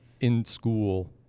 in-school